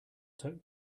took